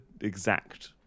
exact